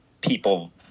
people